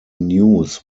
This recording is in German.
news